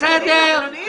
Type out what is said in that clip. גם בסין וגם ברוסיה.